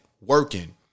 Working